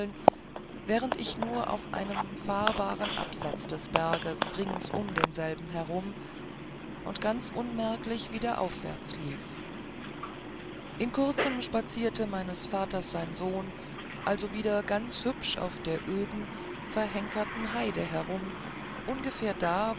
während ich nur auf einem fahrbaren absatz des berges rings um denselben herum und ganz unmerklich wieder aufwärts lief in kurzem spazierte meines vaters sein sohn also wieder ganz hübsch auf der öden verhenkerten heide herum ungefähr da